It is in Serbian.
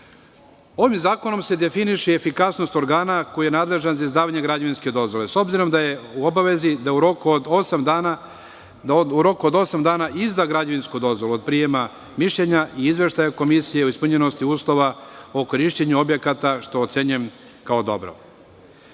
zakonom se definiše i efikasnost organa koji je nadležan za izdavanje građevinske dozvole, s obzirom da je u obavezi da u roku od osam dana izda građevinsku dozvolu od prijema mišljenja i izveštaja komisije o ispunjenosti uslova o korišćenju objekata, što ocenjujem kao dobro. Jasno